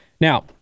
Now